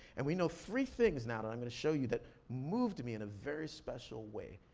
and we know three things now that i'm gonna show you that moved me in a very special way.